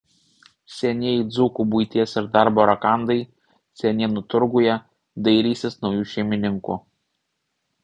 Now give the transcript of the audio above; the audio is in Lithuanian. senieji dzūkų buities ir darbo rakandai senienų turguje dairysis naujų šeimininkų